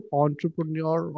entrepreneur